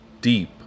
deep